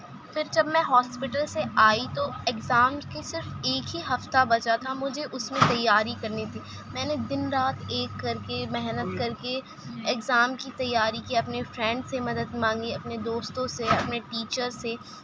پھر جب میں ہاسپٹل سے آئی تو اگزام کے صرف ایک ہی ہفتہ بچا تھا مجھے اس میں تیاری کرنی تھی میں نے دن رات ایک کر کے محنت کر کے اگزام کی تیاری کی اپنے فرینڈس سے مدد مانگی اپنے دوستوں سے اپنے ٹیچر سے